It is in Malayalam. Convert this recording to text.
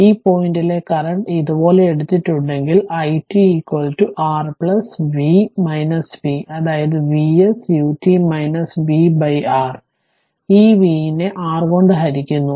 ഈ പോയിന്റിലെ കറന്റ് ഇതുപോലെ എടുത്തിട്ടുണ്ടെങ്കിൽ itR v v അതായത് R ഈ V നെ R കൊണ്ട് ഹരിക്കുന്നു